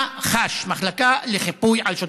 מח"ש, מחלקה לחיפוי על שוטרים.